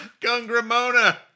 Gungramona